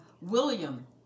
William